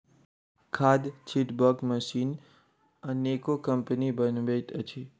खाद छिटबाक मशीन अनेको कम्पनी बनबैत अछि